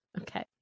Okay